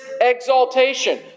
exaltation